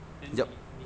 yup